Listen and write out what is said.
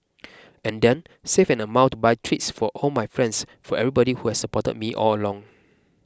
and then save an amount to buy treats for all my friends for everybody who has supported me all long